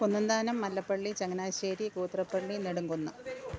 Kunnanthanam Mallappally Changanassery Gothrappally Nedumkunnam